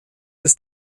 ist